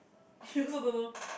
she also don't know